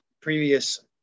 previous